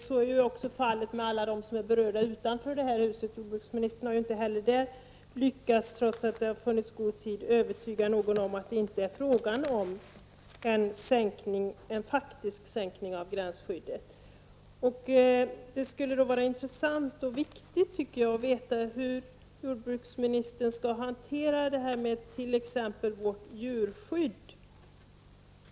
Så är också fallet med alla de som är berörda utanför det här huset. Trots att det har funnits gott om tid har jordbruksministern inte lyckats övertyga någon om att det inte är fråga om en faktisk sänkning av gränsskyddet. Det skulle vara intressant och viktigt att få veta hur jordbruksministern skall hantera t.ex. vårt djurskydd.